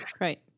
Right